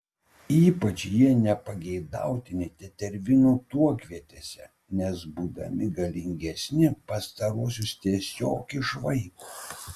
ypač jie nepageidautini tetervinų tuokvietėse nes būdami galingesni pastaruosius tiesiog išvaiko